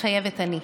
מתחייבת אני.